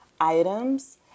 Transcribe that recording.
items